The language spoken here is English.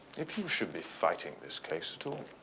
if you should be fighting this case at all.